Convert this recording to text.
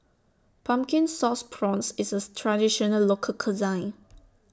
Pumpkin Sauce Prawns IS A Traditional Local Cuisine